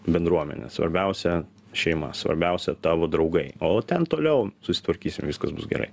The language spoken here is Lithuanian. bendruomenė svarbiausia šeima svarbiausia tavo draugai o ten toliau susitvarkysim viskas bus gerai